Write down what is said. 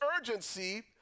urgency